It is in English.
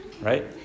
Right